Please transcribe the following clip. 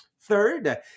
Third